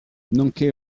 nonché